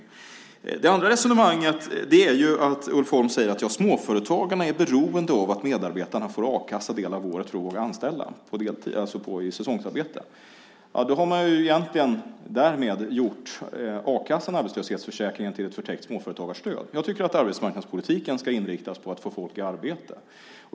I Ulf Holms andra resonemang säger han att småföretagarna är beroende av att medarbetarna får a-kassa under en del av året för att våga anställa säsongsarbetare. Därmed har man egentligen gjort a-kassan och arbetslöshetsförsäkringen till ett förtäckt småföretagarstöd. Jag tycker att arbetsmarknadspolitiken ska inriktas på att få folk i arbete.